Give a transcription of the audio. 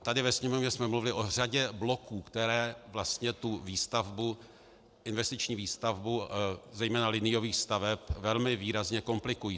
Tady ve sněmovně jsme mluvili o řadě bloků, které vlastně investiční výstavbu zejména liniových staveb velmi výrazně komplikují.